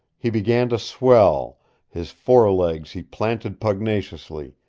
he began to swell his fore-legs he planted pugnaciously,